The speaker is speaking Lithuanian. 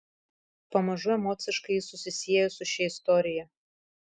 pamažu emociškai ji susisiejo su šia istorija